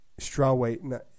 strawweight